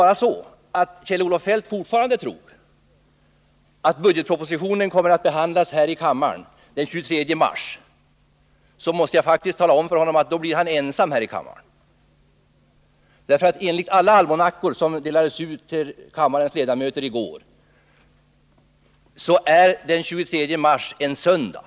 Men om Kjell-Olof Feldt tror att budgetpropositionen kommer att behandlas här i kammaren den 23 mars, måste jag faktiskt tala om för honom att han då blir ensam här i kammaren, för enligt alla almanackor som delades ut till kammarens ledamöter i går är den 23 mars en söndag.